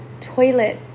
toilet